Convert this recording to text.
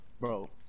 Bro